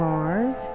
Mars